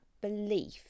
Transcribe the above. belief